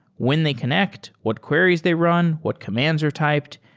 when they connect? what queries they run? what commands are typed?